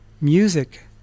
music